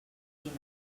dinar